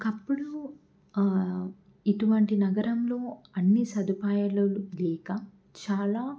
ఒకప్పుడు ఇటువంటి నగరంలో అన్ని సదుపాయాలు లేక చాలా